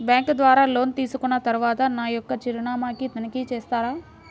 Bank ద్వారా loan తీసుకున్న తరువాత నా యొక్క చిరునామాని తనిఖీ చేస్తారా?